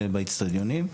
באצטדיונים.